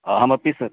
अहमपि स्